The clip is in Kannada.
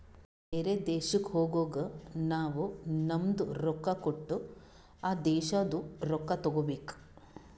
ಬೇರೆ ದೇಶಕ್ ಹೋಗಗ್ ನಾವ್ ನಮ್ದು ರೊಕ್ಕಾ ಕೊಟ್ಟು ಆ ದೇಶಾದು ರೊಕ್ಕಾ ತಗೋಬೇಕ್